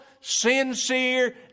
sincere